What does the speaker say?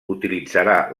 utilitzarà